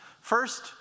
First